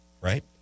Right